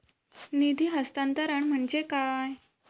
निधी हस्तांतरण म्हणजे काय?